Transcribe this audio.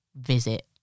visit